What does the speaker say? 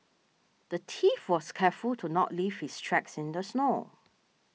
the thief was careful to not leave his tracks in the snow